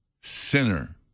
sinner